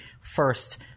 first